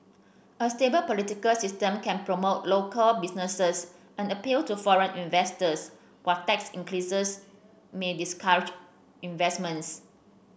a stable political system can promote local businesses and appeal to foreign investors while tax increases may discourage investments